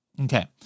Okay